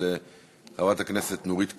של חברת הכנסת נורית קורן,